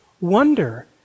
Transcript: wonder